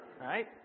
right